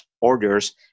orders